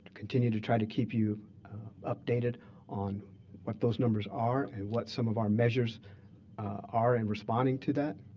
continue to try to keep you updated on what those numbers are and what some of our measures are in responding to that.